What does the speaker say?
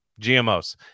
GMOs